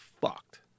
fucked